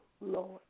Lord